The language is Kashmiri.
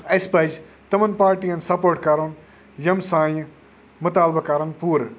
اسہِ پَزِ تِمَن پارٹِیَن سَپورٹ کَرُن یِم سٲنۍ مُطالبہٕ کَریٚن پوٗرٕ